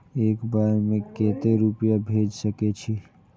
एक बार में केते रूपया भेज सके छी?